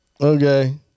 Okay